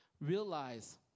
realize